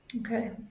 Okay